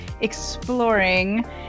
exploring